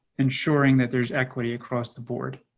ensuring that there's equity across the board.